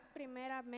primeramente